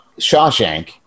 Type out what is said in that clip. Shawshank